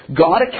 God